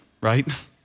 right